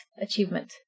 achievement